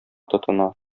тотына